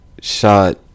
shot